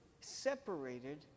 separated